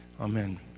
Amen